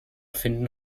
finden